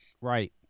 Right